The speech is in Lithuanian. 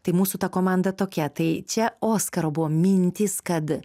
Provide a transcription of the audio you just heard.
tai mūsų ta komanda tokia tai čia oskaro buvo mintys kad